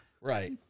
Right